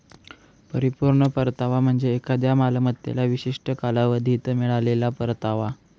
परिपूर्ण परतावा म्हणजे एखाद्या मालमत्तेला विशिष्ट कालावधीत मिळालेला परतावा